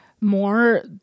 more